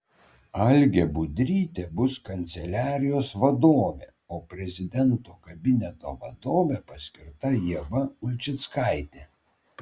algė budrytė bus kanceliarijos vadovė o prezidento kabineto vadove paskirta ieva ulčickaitė